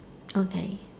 okay